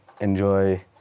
enjoy